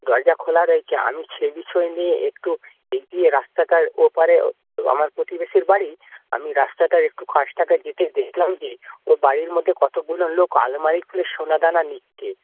দরজা খোলা রয়েছে আমি সেই বিষয় নিয়ে একটু এগিয়ে রাস্তাটার ওপারে আমার প্রতিবেশীর বাড়ি আমি রাস্তাটার একটু কাছটাতে যেতে দেখলাম যে ও বাড়ির মধ্যে কতগুলো লোক আলমারি খুলে সোনাদানা নিচ্ছে